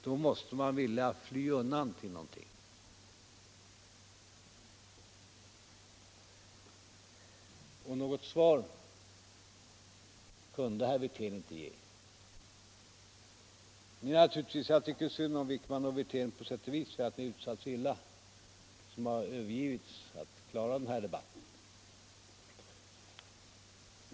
Då måste man vilja fly undan till någonting. Och något svar kunde herr Wirtén inte ge. Jag tycker på sätt och vis synd om herr Wijkman och herr Wirtén som har behandlats så illa att de har utsatts för att klara den här debatten i sina partiledares frånvaro.